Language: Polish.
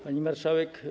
Pani Marszałek!